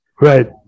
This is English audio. right